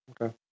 Okay